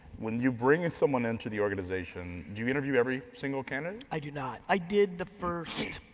when you bring someone into the organization, do you interview every single candidate? i do not. i did the first